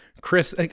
chris